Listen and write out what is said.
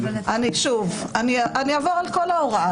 שוב, אני אעבור על כל ההוראה.